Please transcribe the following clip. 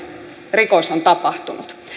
rikos on tapahtunut